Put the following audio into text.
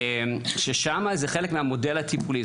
ששם זה חלק מהמודל הטיפולי,